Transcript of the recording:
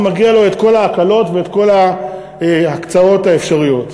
ומגיעות לו כל ההקלות וכל ההקצאות האפשריות.